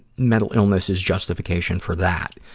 mental illness is justification for that.